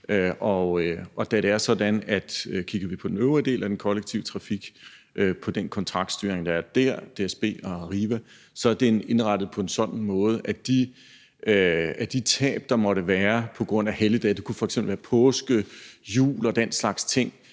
udbudsmateriale. Og kigger vi på den øvrige del af den kollektive trafik og på den kontraktstyring, der er dér – DSB og Arriva – er det indrettet på en sådan måde, at de tab, der måtte være på grund af helligdage, og det kunne f.eks. være påske, jul og den slags ting,